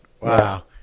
Wow